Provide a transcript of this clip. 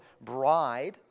bride